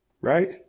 Right